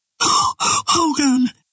Hogan